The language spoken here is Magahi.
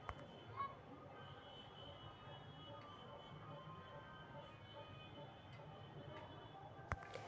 रोशनीया ने बतल कई कि संसार में कृषि उद्योग के बढ़ावे ला बहुत काम कइल गयले है